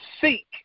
seek